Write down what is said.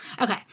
Okay